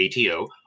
ATO